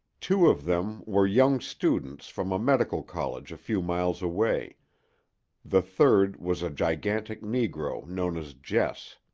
two of them were young students from a medical college a few miles away the third was a gigantic negro known as jess.